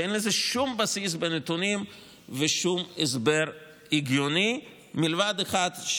שאין לו שום בסיס בנתונים ושום הסבר הגיוני מלבד אחד,